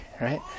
right